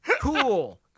cool